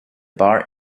bar